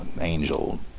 angel